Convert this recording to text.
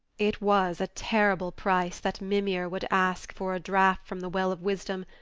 it was a terrible price that mimir would ask for a draught from the well of wisdom,